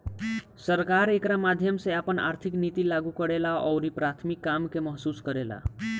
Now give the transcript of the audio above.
सरकार एकरा माध्यम से आपन आर्थिक निति लागू करेला अउरी प्राथमिक काम के महसूस करेला